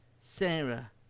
Sarah